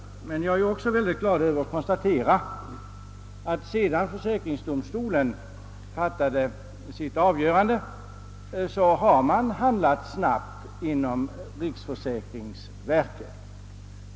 Jag är emellertid också mycket glad över att kunna konstatera att man, sedan försäkringsdomstolen träffade sitt avgörande, handlat mycket snabbt inom riksförsäkringsverket.